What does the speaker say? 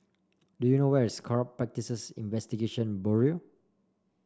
do you know where is Corrupt Practices Investigation Bureau